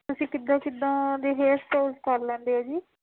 ਤੁਸੀਂ ਕਿੱਦਾਂ ਕਿੱਦਾਂ ਦੇ ਹੇਅਰ ਸਟਾਈਲਜ਼ ਕਰ ਲੈਂਦੇ ਹੋ ਜੀ